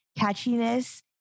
catchiness